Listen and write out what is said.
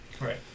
Right